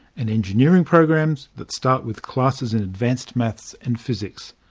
and engineering programs that start with classes in advanced maths and physics.